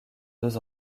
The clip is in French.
deux